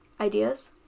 ideas